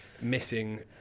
Missing